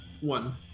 One